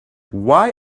why